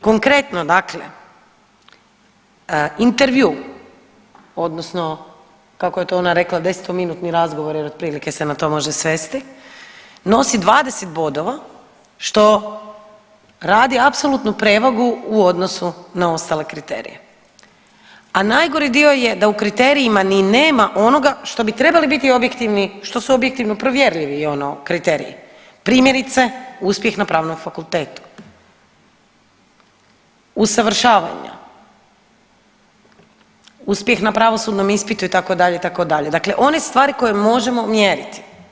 Konkretno dakle, intervju odnosno kako je to ona rekla desetominutni razgovor jel otprilike se na to može svesti, nosi 20 bodova što radi apsolutnu prevagu u odnosu na ostale kriterije, a najgori dio je da u kriterijima ni nema onoga što bi trebali biti objektivni, što su objektivno provjerljivi ono kriteriji, primjerice uspjeh na Pravnom fakultetu, usavršavanja, uspjeh na pravosudnom ispitu itd., itd. dakle one stvari koje možemo mjeriti.